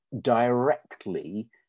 directly